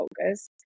focus